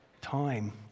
time